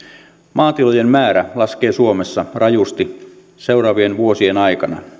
maatilojen määrä laskee suomessa rajusti seuraavien vuosien aikana